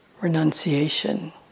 renunciation